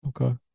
Okay